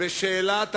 ושאלת המס,